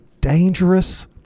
dangerous